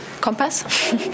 compass